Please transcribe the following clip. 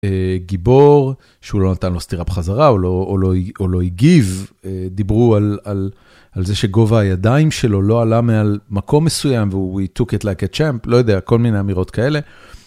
גיבור, שהוא לא נתן לו סטירה בחזרה או לא הגיב, דיברו על זה שגובה הידיים שלו לא עלה מעל מקום מסוים והוא, he took it like a champ, לא יודע, כל מיני אמירות כאלה.